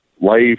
life